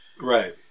Right